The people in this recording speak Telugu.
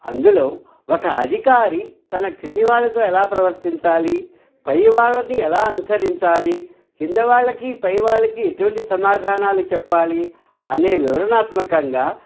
అందులో ఒక అధికారి తన క్రింది వాళ్ళతో ఎలా ప్రవర్తించాలి పై వాళ్ళని ఎలా అనుసరించాలి కిందవాళ్ళకి పై వాళ్ళకి ఎటువంటి సమాధానాలు చెప్పాలి అనే వివరణాత్మకంగా